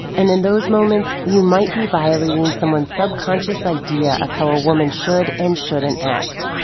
and in those moments, you might be violat ing someone's subconscious idea of how a woman should and shouldn't act.